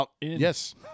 yes